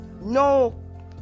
no